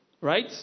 right